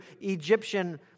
Egyptian